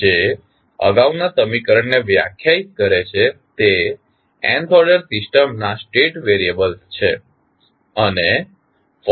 જે અગાઉના સમીકરણને વ્યાખ્યાયિત કરે છે તે nth ઓર્ડર સિસ્ટમના સ્ટેટ વેરીયબ્લસ છે